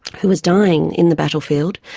who was dying in the battlefield,